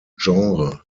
genre